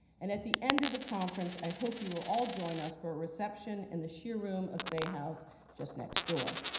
and at the end of the conference, i hope you will all join us for a reception in the sheerr room of fay house just next door.